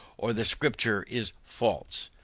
or the scripture is false.